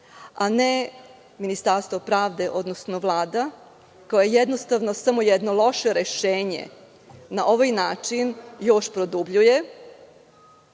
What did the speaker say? a ne Ministarstvo pravde, odnosno Vlada, koja je samo jedno loše rešenje na ovaj način još produbljuje,